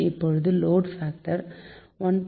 இப்போது load factor 1